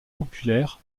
populaire